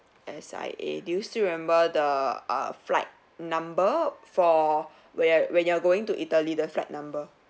S_I_A do you still remember the err flight number for where when you are going to italy the flight number